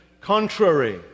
contrary